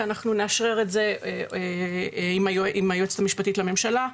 כי אנחנו נאשרר את זה עם היועצת המשפטית לממשלה.